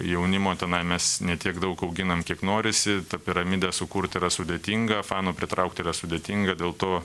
jaunimo tenai mes ne tiek daug auginam kiek norisi tą piramidę sukurt yra sudėtinga fanų pritraukt yra sudėtinga dėl to